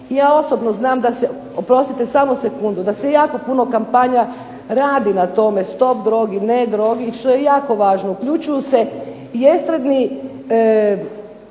Ja osobno znam, oprostite samo sekundu, da se jako puno kampanja radi na tome, stop drogi, ne drogi što je jako važno. Uključuju se i estradni